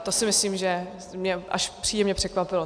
To si myslím, že mě to až příjemně překvapilo.